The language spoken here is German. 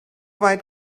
weit